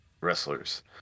wrestlers